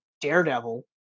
Daredevil